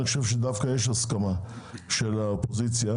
אני חושב שדווקא יש הסכמה של האופוזיציה